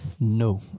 No